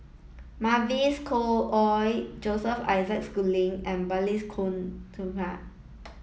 Mavis Khoo Oei Joseph Isaac Schooling and Balli Kaur Jaswal